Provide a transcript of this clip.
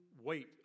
wait